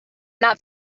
not